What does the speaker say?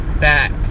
back